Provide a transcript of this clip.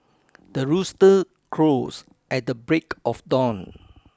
the rooster crows at the break of dawn